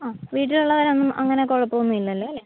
ആ വീട്ടിൽ ഉള്ളവരൊന്നും അങ്ങനെ കുഴപ്പം ഒന്നും ഇല്ലല്ലോ അല്ലേ